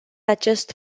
acest